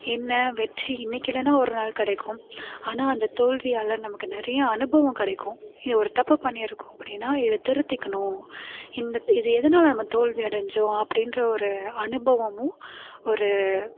என்ன வெற்றி இன்றைக்கு இல்லைனா ஒரு நாள் கிடைக்கும் ஆனால் அந்த தோல்வியால் நமக்கு நிறையா அனுபவம் கிடைக்கும் எ ஒரு தப்பு பண்ணிருக்கோம் அப்படின்னா இத திருத்திக்கணும் இந்த இதை எதனால் நம்ம தோல்வி அடைஞ்சோம் அப்படின்ற ஒரு அனுபவமும் ஒரு